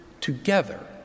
together